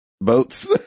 boats